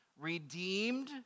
redeemed